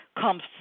comes